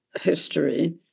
history